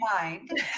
mind